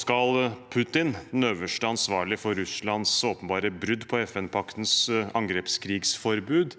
skal Putin, den øverste ansvarlige for Russlands åpenbare brudd på FN-paktens angrepskrigsforbud,